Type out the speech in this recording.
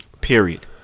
Period